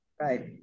Right